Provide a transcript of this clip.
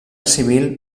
civil